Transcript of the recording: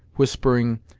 whispering,